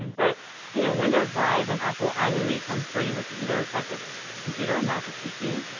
but you know windows live and apple imovie come free with either type of computer, mac or pc.